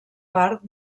part